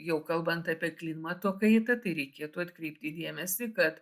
jau kalbant apie klimato kaitą tai reikėtų atkreipti dėmesį kad